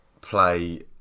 play